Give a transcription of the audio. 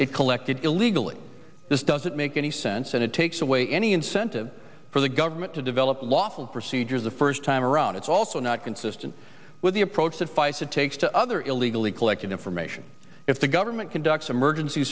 it collected illegally this doesn't make any sense and it takes away any incentive for the government to develop lawful procedures the first time around it's also not consistent with the approach suffice it takes to other illegally collecting information if the government conducts emergency